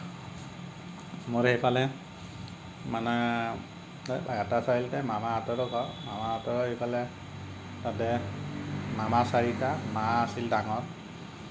মোৰ এইফালে মানে বাইহাটা চাৰিআলিতে মামাহঁতৰ ঘৰ মামাহঁতৰ এইফালে তাতে মামা চাৰিটা মা আছিল ডাঙৰ